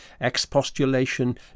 expostulation